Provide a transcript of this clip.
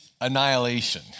annihilation